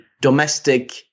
domestic